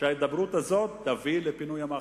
שההידברות הזאת תביא לפינוי המאחזים.